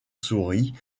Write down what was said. souris